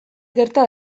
gerta